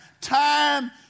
Time